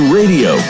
radio